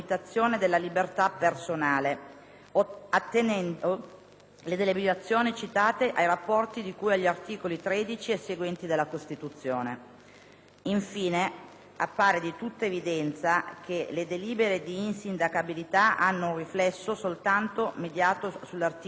attenendo le deliberazioni citate ai rapporti di cui agli articoli 13 e seguenti della Costituzione. Infine, appare di tutta evidenza che le delibere di insindacabilità hanno un riflesso soltanto mediato sull'articolo 21 della Costituzione